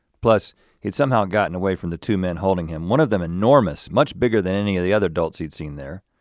plus he'd somehow gotten away from the two men holding him, one of them enormous, much bigger than any of the other adults he'd seen there,